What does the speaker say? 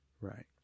right